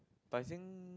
Tai Seng